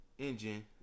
Engine